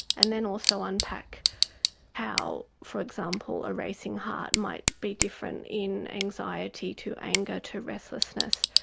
and then also unpack how, for example, a racing heart might be different in anxiety to anger to restlessness.